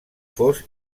fos